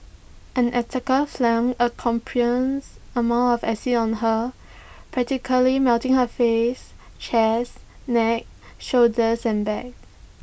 an attacker flung A copious amount of acid on her practically melting her face chest neck shoulders and back